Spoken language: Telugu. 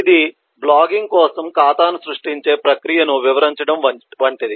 ఇది బ్లాగింగ్ కోసం ఖాతాను సృష్టించే ప్రక్రియను వివరించడం వంటిది